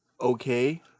Okay